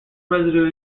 residue